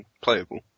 playable